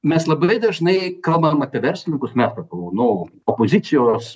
mes labai dažnai kalbam apie verslininkus mes sakau nu opozicijos